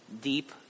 deep